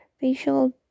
facial